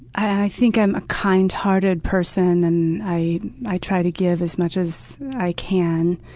i think i'm a kind-hearted person, and i i try to give as much as i can.